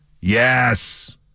Yes